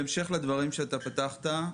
בהמשך לדברים בהם פתחת,